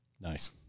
nice